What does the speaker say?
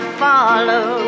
follow